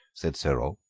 said cyril.